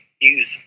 use